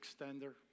extender